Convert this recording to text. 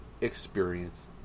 experience